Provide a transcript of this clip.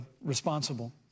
responsible